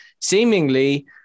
seemingly